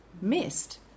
missed